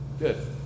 Good